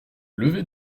lever